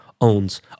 owns